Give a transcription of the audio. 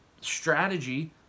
strategy